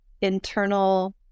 internal